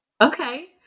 Okay